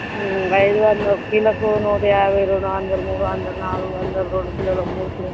ఐదు వందలు కిలోకు నూటయాభై రెండు వందలు మూడు వందలు నాలుగు వందలు రెండు కిలోలు మూడు కిలోలు